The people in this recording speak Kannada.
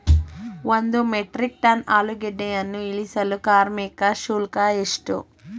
ಒಂದು ಮೆಟ್ರಿಕ್ ಟನ್ ಆಲೂಗೆಡ್ಡೆಯನ್ನು ಇಳಿಸಲು ಕಾರ್ಮಿಕ ಶುಲ್ಕ ಎಷ್ಟು?